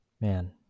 Man